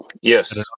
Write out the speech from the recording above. Yes